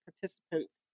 participant's